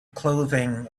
clothing